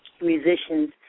musicians